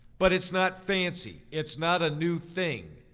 but it's not fancy, it's not a new thing.